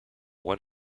one